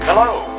Hello